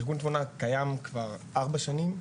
ארגון תבונה קיים כבר ארבע שנים.